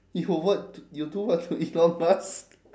you'll what you'll do what to elon musk